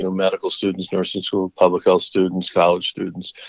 um medical students, nursing school, public health students, college students.